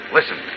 Listen